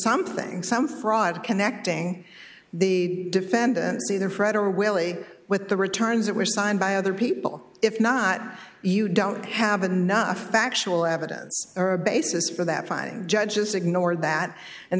something some fraud connecting the defendants either fred or willy with the returns that were signed by other people if not you don't have enough factual evidence or a basis for that five judges ignore that and